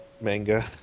manga